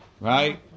right